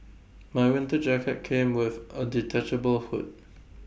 my winter jacket came with A detachable hood